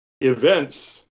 events